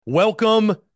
Welcome